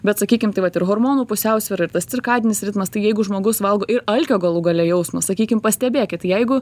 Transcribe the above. bet sakykim tai vat ir hormonų pusiausvyra ir tas cirkadinis ritmas tai jeigu žmogus valgo ir alkio galų gale jausmas sakykim pastebėkit jeigu